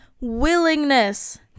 willingness